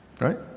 Right